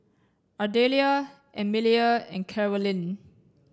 Ardelia Emelia and Carolyne